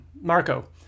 Marco